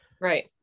Right